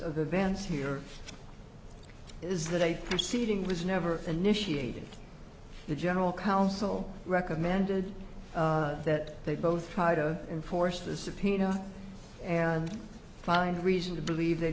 of events here is that a proceeding was never initiated the general counsel recommended that they both try to enforce the subpoena and find reason to believe they